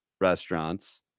Restaurants